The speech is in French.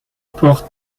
porte